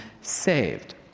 saved